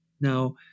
now